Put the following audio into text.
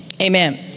amen